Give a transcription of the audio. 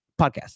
podcast